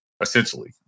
essentially